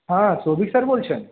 হ্যাঁ সৌভিক স্যার বলছেন